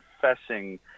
confessing